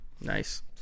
Nice